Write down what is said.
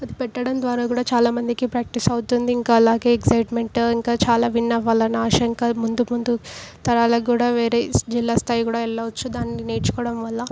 అది పెట్టడం ద్వారా కూడా చాలా మందికి ప్రాక్టీస్ అవుతుంది ఇంకా అలాగే ఎగ్జైట్మెంట్ ఇంకా చాలా విన్ అవ్వాలని ఆశ ఇంకా ముందు ముందు తరాలకి కూడా వేరే జిల్లా స్థాయికి కూడా వెళ్ళవచ్చు దానిని నేర్చుకోవడం వల్ల